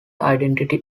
identity